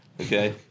okay